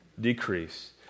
decrease